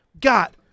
Got